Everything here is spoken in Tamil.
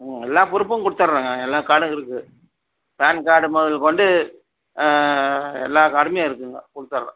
ம் எல்லா ப்ரூஃபும் கொடுத்துறங்க எல்லா கார்டும் இருக்கு பான் கார்டு முதல் கொண்டு எல்லா கார்டுமே இருக்குங்க கொடுத்துற